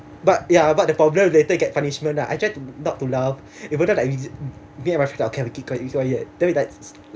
but ya but the problem later will get punishment lah I tried to not to laugh me and my classmates okay we keep quiet keep quiet then we like